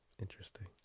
interesting